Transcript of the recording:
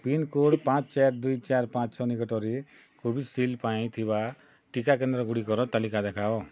pincode ପାଞ୍ଚ ଚାରି ଦୁଇ ଚାରି ପାଞ୍ଚ ଛଅ ନିକଟରେ କୋଭିଶିଲ୍ଡ ପାଇଁ ଥିବା ଟିକା କେନ୍ଦ୍ରଗୁଡ଼ିକର ତାଲିକା ଦେଖାଅ